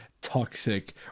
toxic